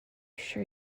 sure